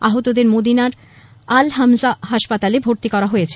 আহতদের মদিনার আল হামানা হাসপাতালে ভর্তি করা হয়েছে